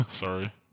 Sorry